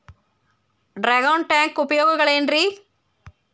Dragon tank ಉಪಯೋಗಗಳೆನ್ರಿ?